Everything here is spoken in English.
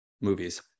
movies